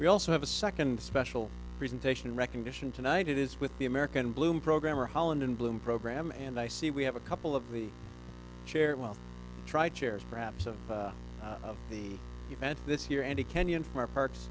we also have a second special presentation recognition tonight it is with the american bloom program or holland and bloom program and i see we have a couple of the chair will try chairs perhaps of the event this year and a kenyan from our parks